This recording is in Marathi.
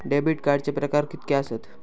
डेबिट कार्डचे प्रकार कीतके आसत?